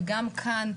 וגם כאן,